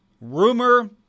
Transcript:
rumor